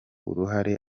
uruhare